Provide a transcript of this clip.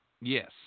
Yes